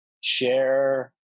share